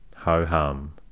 ho-hum